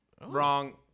Wrong